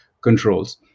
controls